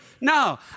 No